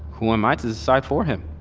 who am i to decide for him?